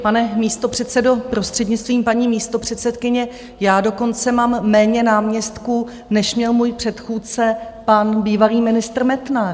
Pane místopředsedo, prostřednictvím paní místopředsedkyně, já dokonce mám méně náměstků, než měl můj předchůdce, pan bývalý ministr Metnar.